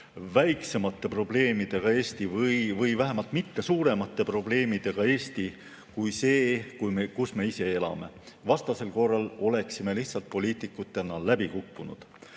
väiksemate probleemidega Eesti või vähemalt mitte suuremate probleemidega Eesti kui see, kus me ise elame. Vastasel korral oleme lihtsalt poliitikutena läbi kukkunud.